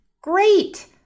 great